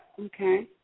Okay